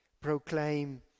proclaim